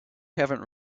haven’t